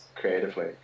creatively